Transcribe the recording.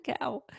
cow